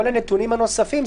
כל הנתונים הנוספים,